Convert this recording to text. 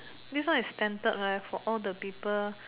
this one is standard for all the people